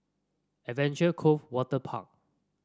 Adventure Cove Waterpark